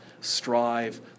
strive